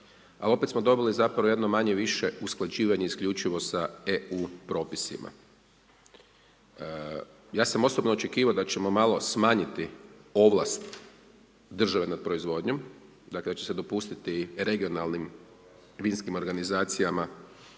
ali opet smo dobili zapravo jedno malo više usklađivanje isključivo sa EU propisima. Ja sam osobno očekivao da ćemo malo smanjiti ovlast države nad proizvodnjom, dakle da će se dopustiti regionalnim vinskim organizacijama,